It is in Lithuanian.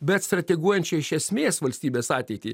bet strateguojančią iš esmės valstybės ateitį